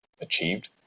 achieved